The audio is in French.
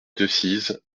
decize